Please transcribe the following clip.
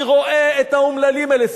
אני רואה את האומללים האלה.